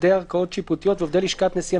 עובדי ערכאות שיפוטיות ועובדי לשכת נשיא המדינה,